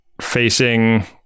facing